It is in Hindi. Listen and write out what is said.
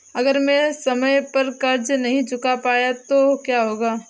अगर मैं समय पर कर्ज़ नहीं चुका पाया तो क्या होगा?